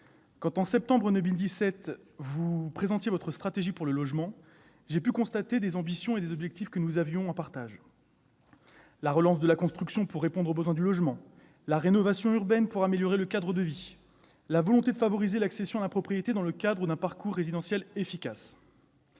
monsieur le ministre, votre stratégie pour le logement, j'ai pu constater des ambitions et des objectifs que nous avions en partage : la relance de la construction pour répondre aux besoins de logement, la rénovation urbaine pour améliorer le cadre de vie, la volonté de favoriser l'accession à la propriété dans le cadre d'un parcours résidentiel efficace.